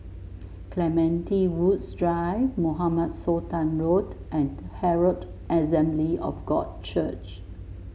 Clementi Woods Drive Mohamed Sultan Road and Herald Assembly of God Church